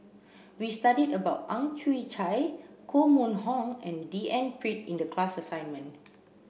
we studied about Ang Chwee Chai Koh Mun Hong and D N Pritt in the class assignment